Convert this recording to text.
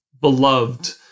beloved